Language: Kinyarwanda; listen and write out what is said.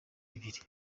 bibiri